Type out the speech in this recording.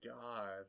god